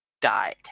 died